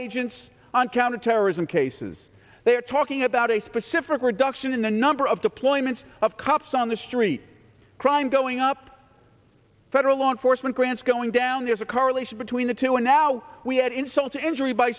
agents on counterterrorism cases they are talking about a specific reduction in the number of deployments of cups on the street crime going up federal law enforcement france going down there's a correlation between the two and now we add insult to injury by